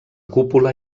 cúpula